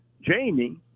Jamie